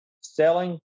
selling